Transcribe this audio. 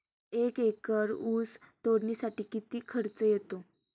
एक एकर ऊस तोडणीसाठी किती खर्च येतो?